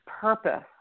purpose